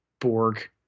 borg